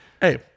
Hey